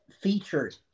featured